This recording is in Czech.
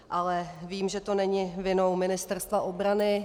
Ale vím, že to není vinou Ministerstva obrany.